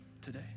today